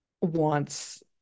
wants